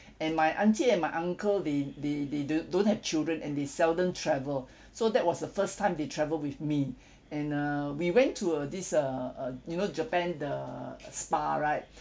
and my auntie and my uncle they they they don~ don't have children and they seldom travel so that was the first time they travelled with me and err we went to a this uh uh you know japan the spa right